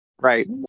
right